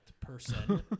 person